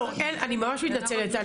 אני ממש מתנצלת,